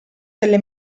delle